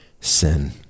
sin